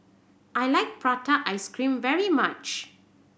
I like prata ice cream very much